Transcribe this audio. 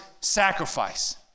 sacrifice